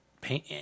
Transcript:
paint